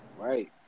Right